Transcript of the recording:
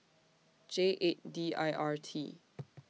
J eight D I R T